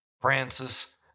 Francis